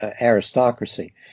aristocracy